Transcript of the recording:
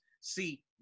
See